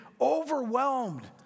overwhelmed